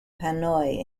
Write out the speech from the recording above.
hanoi